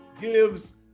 gives